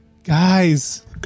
Guys